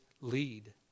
lead